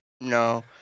No